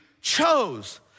chose